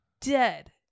dead